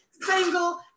single